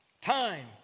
time